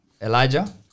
Elijah